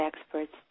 experts